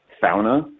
fauna